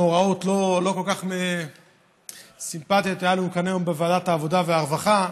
מאורעות קצת לא סימפטיים היו בוועדת העבודה והרווחה.